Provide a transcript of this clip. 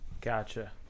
Gotcha